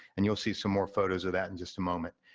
and you'll see some more photos of that in just a moment.